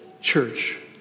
church